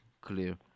clear